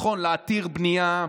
להתיר בנייה,